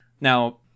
Now